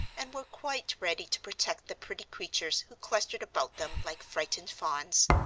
and were quite ready to protect the pretty creatures who clustered about them like frightened fawns.